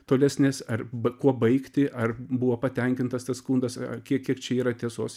tolesnės arba kuo baigti ar buvo patenkintas tas skundas kiek kiek čia yra tiesos